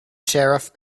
sheriff